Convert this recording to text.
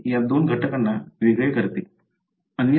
हे या दोन घटकांना वेगळे करते